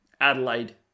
Adelaide